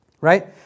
Right